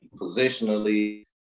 positionally